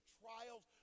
trials